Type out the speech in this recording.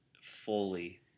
fully